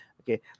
Okay